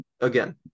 again